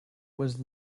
was